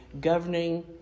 governing